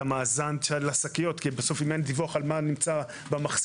של השקיות כי בסוף אם אין דיווח על מה נמצא במחסן,